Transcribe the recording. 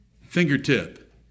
Fingertip